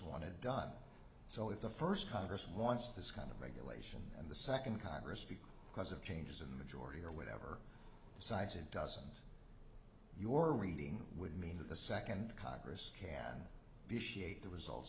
wanted done so if the first congress wants this kind of regulation and the second congress people because of changes in the majority or whatever size it doesn't your reading would mean that the second congress can be shaped the results